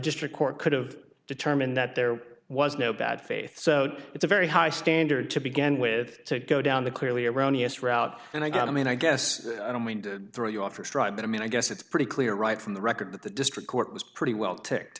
district court could've determined that there was no bad faith so it's a very high standard to begin with to go down the clearly erroneous route and i got i mean i guess i don't mind throw you off your stride but i mean i guess it's pretty clear right from the record that the district court was pretty well ticked